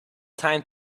time